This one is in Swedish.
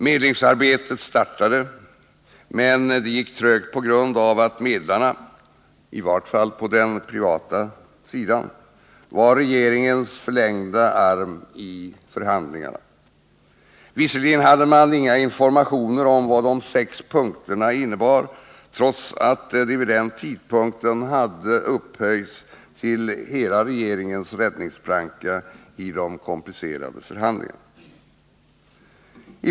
Medlingsarbetet startade, men det gick trögt på grund av att medlarna — i varje fall på den privata sidan — var regeringens förlängda arm i förhandlingarna. Visserligen hade man inga informationer om vad de sex punkterna innebar, trots att de vid den tidpunkten hade upphöjts till hela regeringens räddningsplanka i de komplicerade förhandlingarna.